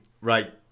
Right